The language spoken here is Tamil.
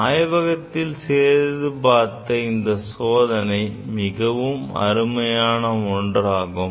ஆய்வகத்தில் செய்து பார்த்த இந்த சோதனை மிக அருமையான ஒன்றாகும்